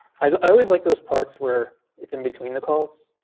i always like those parts where it's in between the calls,